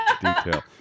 detail